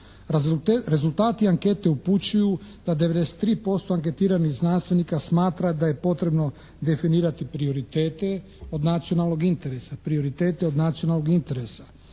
Rezultati ankete upućuju da 93% anketiranih znanstvenika smatra da je potrebno definirati prioritete od nacionalnog interesa,